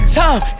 time